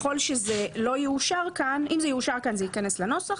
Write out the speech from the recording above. אם זה יאושר כאן, זה ייכנס לנוסח.